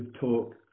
talk